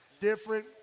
Different